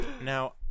Now